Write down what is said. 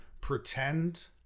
pretend